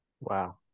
Wow